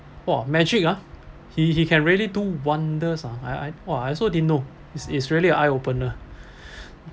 !wah! magic ah he he can really do wonders ah I I !wah! I also didn't know it's it's really an eye opener